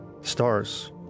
stars